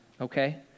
okay